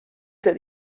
that